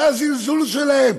זה הזלזול שלהם,